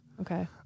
Okay